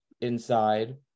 inside